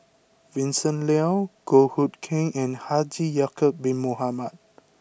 Vincent Leow Goh Hood Keng and Haji Ya'Acob bin Mohamed